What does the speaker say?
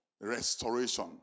restoration